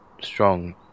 strong